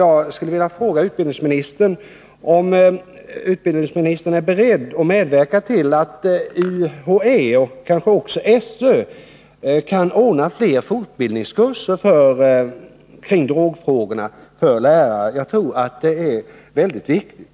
Jag skulle vilja fråga utbildningsministern om han är beredd att medverka tillatt UHÄ och även SÖ kan ordna fler fortbildningskurser om drogfrågorna för lärare. Jag tror att det är väldigt viktigt.